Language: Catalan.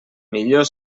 millor